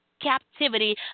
captivity